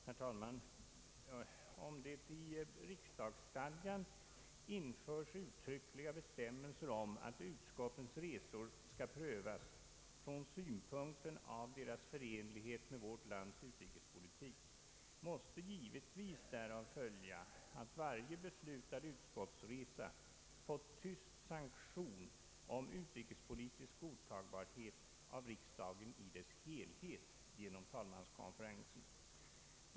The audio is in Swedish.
Herr talman! Om det i riksdagsstadgan införs uttryckliga bestämmelser om att utskottens resor skall prövas från synpunkten av deras förenlighet med vårt lands utrikespolitik, måste givetvis därav följa att varje beslutad utskottsresa fått tyst sanktion om utrikespolitisk godtagbarhet av riksdagen i dess helhet genom talmanskonferensen.